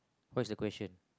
what is the question